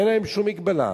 אין להם שום הגבלה.